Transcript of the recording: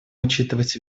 учитывать